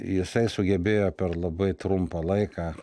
jisai sugebėjo per labai trumpą laiką